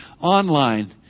online